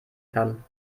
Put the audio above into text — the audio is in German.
kann